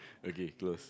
okay close